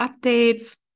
updates